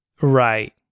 Right